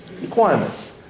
requirements